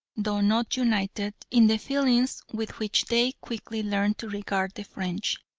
though not united, in the feelings with which they quickly learned to regard the french.